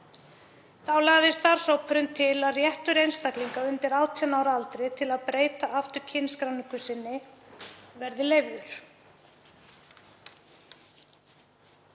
Þá lagði starfshópurinn til að réttur einstaklinga undir 18 ára aldri til að breyta aftur kynskráningu sinni yrði leyfður.